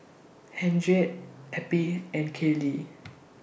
Henriette Eppie and Caylee